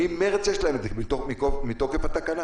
יש להם את זה ממרץ מתוקף התקנה.